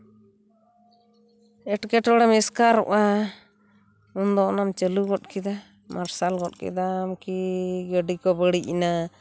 ᱮᱴᱠᱮᱴᱚᱬᱮᱢ ᱮᱥᱠᱟᱨᱚᱜᱼᱟ ᱩᱱᱫᱚ ᱚᱱᱟᱢ ᱪᱟᱹᱞᱩ ᱜᱚᱫ ᱠᱮᱫᱟ ᱢᱟᱨᱥᱟᱞ ᱜᱚᱫ ᱠᱮᱫᱟᱢ ᱠᱤ ᱜᱟᱹᱰᱤ ᱠᱚ ᱵᱟᱹᱲᱤᱡ ᱮᱱᱟ